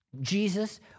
Jesus